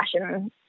fashion